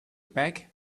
pack